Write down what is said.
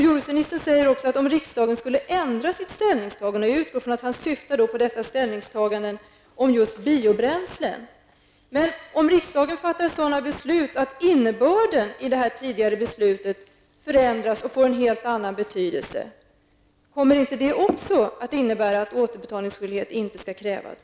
Jordbruksministern säger också att om riksdagen skulle ändra sitt ställningstagande -- och jag utgår från att han då syftar på ställningstagandet om just biobränslen -- så att innebörden i det här tidigare beslutet ändras och får en helt annan betydelse, kommer det att innebära att återbetalning inte skall krävas?